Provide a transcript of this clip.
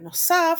בנוסף,